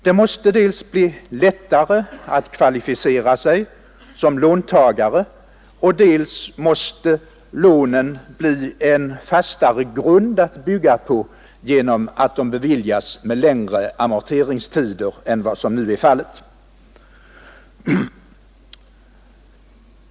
Dels måste det bli lättare att kvalificera sig som låntagare, dels måste lånen bli en fastare grund att bygga på genom att de beviljas med längre amorteringstider än vad som nu är fallet.